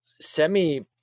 semi